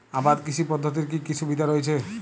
আবাদ কৃষি পদ্ধতির কি কি সুবিধা রয়েছে?